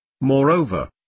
Moreover